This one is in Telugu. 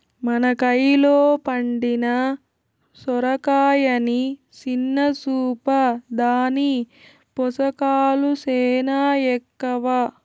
మన కయిలో పండిన సొరకాయని సిన్న సూపా, దాని పోసకాలు సేనా ఎక్కవ